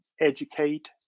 educate